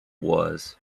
was